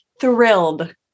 thrilled